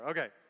Okay